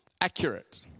accurate